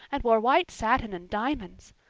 and wore white satin and diamonds.